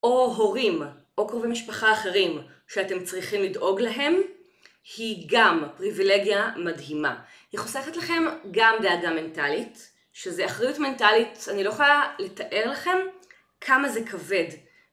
או הורים, או קרובי משפחה אחרים שאתם צריכים לדאוג להם היא גם פריבילגיה מדהימה. היא חוסכת לכם גם דאגה מנטלית שזה אחריות מנטלית, אני לא יכולה לתאר לכם כמה זה כבד